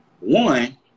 One